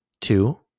Two